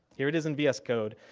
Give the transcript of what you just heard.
here it is in vs code.